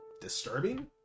disturbing